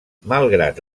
malgrat